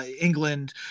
England